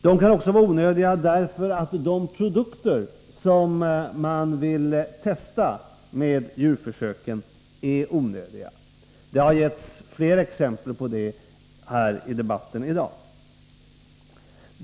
De kan också vara onödiga därför att de produkter som man vill testa med djurförsök är onödiga. Det har getts fler exempel på det här i dag.